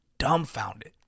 dumbfounded